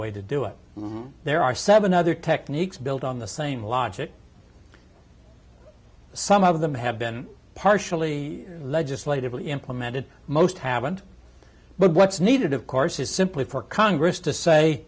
way to do it there are seven other techniques built on the same logic some of them have been partially legislatively implemented most haven't but what's needed of course is simply for congress to say